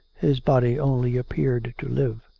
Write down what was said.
his body only appeared to live.